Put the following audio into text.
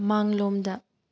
ꯃꯥꯡꯂꯣꯝꯗ